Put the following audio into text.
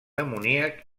amoníac